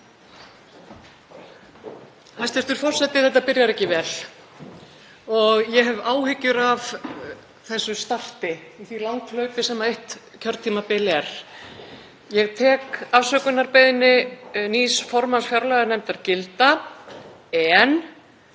Hæstv. forseti. Þetta byrjar ekki vel og ég hef áhyggjur af þessu starti í því langhlaupi sem eitt kjörtímabil er. Ég tek afsökunarbeiðni nýs formanns fjárlaganefndar gilda en